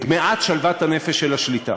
את מעט שלוות הנפש של השליטה.